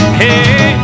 hey